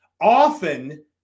often